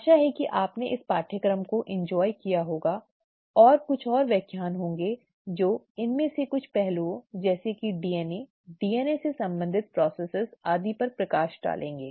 आशा है कि आपने इस पाठ्यक्रम को इंजॉय किया होगा और कुछ और व्याख्यान होंगे जो इनमें से कुछ पहलुओं जैसे कि DNA डीएनए से संबंधित प्रक्रियाओं आदि पर प्रकाश डालेंगे